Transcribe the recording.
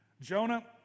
Jonah